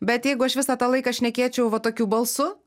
bet jeigu aš visą tą laiką šnekėčiau va tokiu balsu